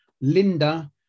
Linda